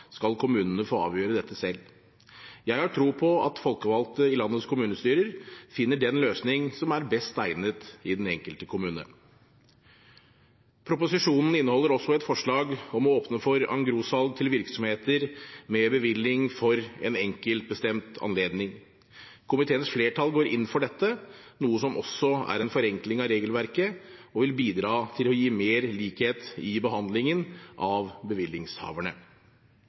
skal kommunene få avgjøre dette selv. Jeg har tro på at folkevalgte i landets kommunestyrer finner den løsning som er best egnet i den enkelte kommune. Proposisjonen inneholder også et forslag om å åpne for engrossalg til virksomheter med bevilling for en enkelt bestemt anledning. Komiteens flertall går inn for dette, noe som også er en forenkling av regelverket og vil bidra til å gi mer likhet i behandlingen av bevillingshaverne.